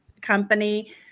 company